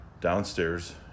downstairs